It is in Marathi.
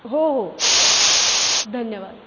हो हो धन्यवाद